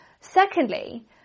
Secondly